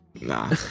nah